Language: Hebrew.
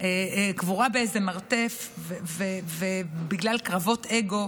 קבורה באיזה מרתף בגלל קרבות אגו.